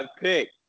pick